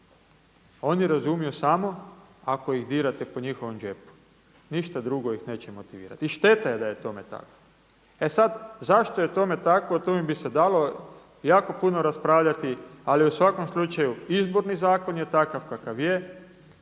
Oni razumiju samo ako ih dirate po njihovom džepu, ništa drugo ih neće motivirati i šteta je da je tome tako. E sada, zašto je tome tako, o tome bi se dalo jako puno raspravljati ali u svakom slučaju Izborni zakon je takav kakav je